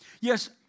Yes